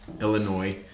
Illinois